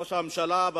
ראש הממשלה,